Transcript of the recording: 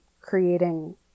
creating